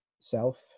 self